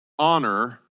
Honor